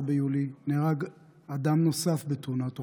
14 ביולי, נהרג אדם נוסף בתאונת אופנוע,